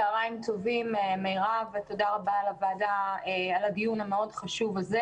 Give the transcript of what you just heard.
צוהריים טובים ותודה רבה על הדיון החשוב הזה.